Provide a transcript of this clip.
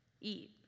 eat